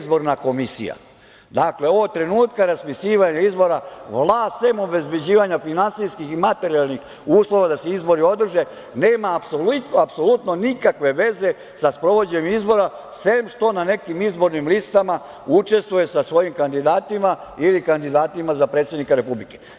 Dakle, od trenutka raspisivanja izbora, vlast sem obezbeđivanja finansijskih i materijalnih uslova da se izbori održe, nema apsolutno nikakve veze sa sprovođenjem izbora sem što na nekim izbornim listama učestvuje sa svojim kandidatima ili kandidatima za predsednika republike.